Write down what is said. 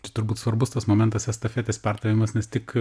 čia turbūt svarbus tas momentas estafetės perdavimas nes tik